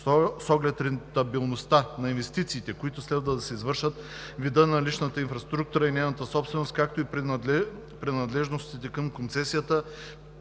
с оглед рентабилността на инвестициите, които следва да се извършват, вида на наличната инфраструктура и нейната собственост, както и принадлежностите към концесията,